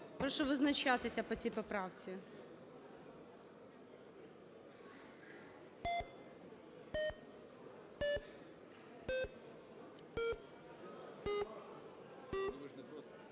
Прошу визначатися по 72 поправці.